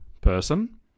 person